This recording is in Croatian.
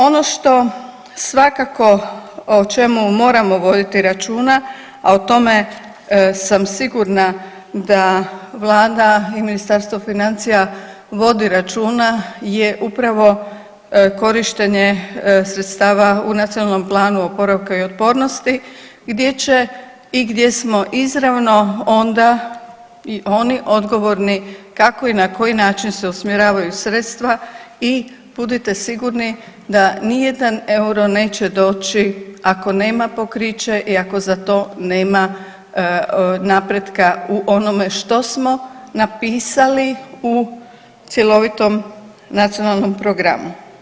Ono što svakako, o čemu moramo voditi računa, a o tome sam sigurna da Vlada i Ministarstvo financija vodi računa je upravo korištenje sredstava u Nacionalnom planu oporavka i otpornosti gdje će i gdje smo izravno onda i oni odgovorni kako i na koji način se usmjeravaju sredstava i budite sigurni da nijedan euro neće doći ako nema pokriće i ako za to nema napretka u onome što smo napisali u cjelovitom Nacionalnom programu.